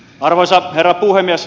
arvoisa herra puhemies